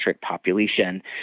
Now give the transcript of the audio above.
population